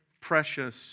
precious